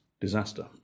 disaster